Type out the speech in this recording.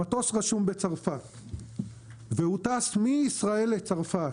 המטוס רשום בצרפת והוא טס מישראל לצרפת